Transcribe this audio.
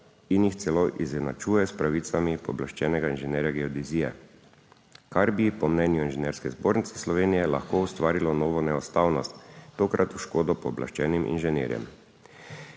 in jih celo izenačuje s pravicami pooblaščenega inženirja geodezije, kar bi po mnenju Inženirske zbornice Slovenije lahko ustvarilo novo neustavnost, tokrat v škodo pooblaščenim inženirjem.